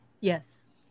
Yes